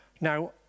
Now